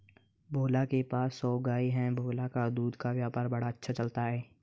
भोला के पास सौ गाय है भोला का दूध का व्यापार बड़ा अच्छा चलता है